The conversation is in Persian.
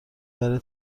برای